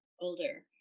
older